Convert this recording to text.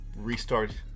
restart